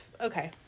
Okay